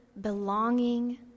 belonging